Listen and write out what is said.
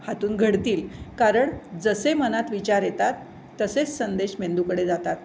हातून घडतील कारण जसे मनात विचार येतात तसेच संदेश मेंदूकडे जातात